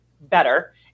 better